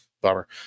Bummer